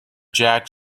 jack